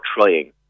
trying